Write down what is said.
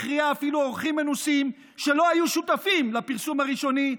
מכריעה אפילו עורכים מנוסים שלא היו שותפים לפרסום הראשוני,